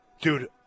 Dude